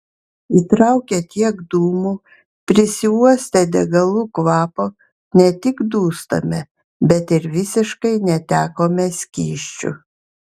įtraukę tiek dūmų prisiuostę degalų kvapo ne tik dūstame bet ir visiškai netekome skysčių